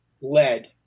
led